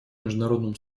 международному